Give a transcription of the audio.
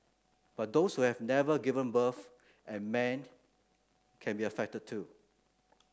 but those who have never given birth and man can be affected too